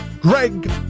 Greg